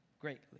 greatly